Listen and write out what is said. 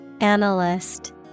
Analyst